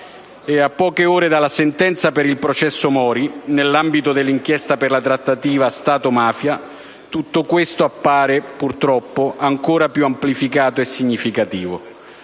a poche ore dalla sentenza per il processo Mori, nell'ambito dell'inchiesta per la trattativa Stato-mafia, tutto questo appare purtroppo ancora più amplificato e significativo.